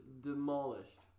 demolished